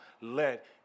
let